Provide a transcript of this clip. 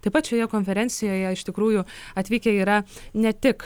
taip pat šioje konferencijoje iš tikrųjų atvykę yra ne tik